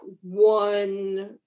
one